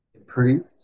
improved